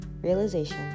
realization